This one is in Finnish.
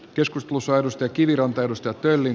keskustelu saadusta kiviranta nostattelin